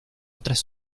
otras